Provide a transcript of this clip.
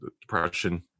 depression